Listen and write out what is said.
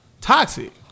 toxic